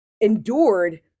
endured